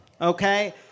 okay